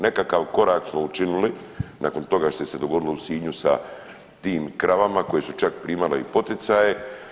Nekakav korak smo učinili nakon toga što se dogodilo u Sinju sa tim kravama koje su čak primale i poticaje.